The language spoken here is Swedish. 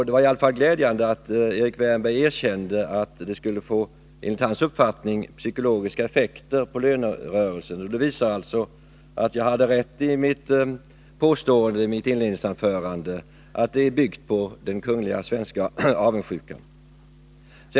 Det var i alla fall glädjande att Erik Wärnberg erkände att det enligt hans uppfattning skulle få psykologiska effekter på lönerörelsen. Det visar alltså att jag hade rätt i mitt påstående i inledningsanförandet, att förslaget är byggt på den kungliga svenska avundsjukan.